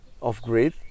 off-grid